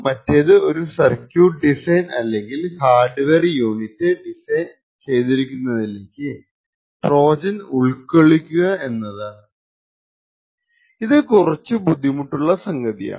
മറ്റേത് ഒരു circuit design അല്ലെങ്കിൽ ഒരു ഹാർഡ് വെയർ യൂണിറ്റ് ഡിസൈൻ ചെയ്തിരിക്കുന്നതിലേക്ക് ട്രോജൻ ഉൾകൊള്ളിക്കുക എന്നത് കുറച്ചു ബുദ്ധിമുട്ടുള്ള സംഗതിയാണ്